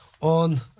on